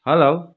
hello